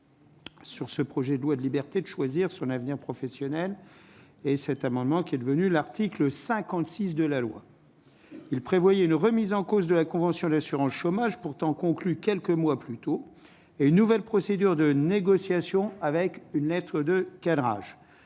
Sur ce projet de loi de liberté de choisir son avenir professionnel et cet amendement, qui est devenu l'article 56 de la loi, il prévoyait une remise en cause de la convention d'assurance chômage pourtant conclut quelques mois plus tôt, et une nouvelle procédure de négociations avec une lettre de cadrage